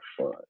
fun